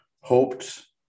hoped